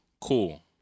Cool